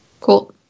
Cool